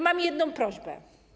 Mam jedną prośbę.